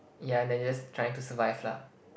ya they are just trying to survive lah